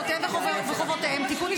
זכויותיהם וחובותיהם (תיקון,